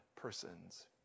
persons